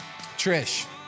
Trish